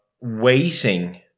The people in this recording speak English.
waiting